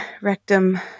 rectum